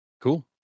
Cool